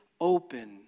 open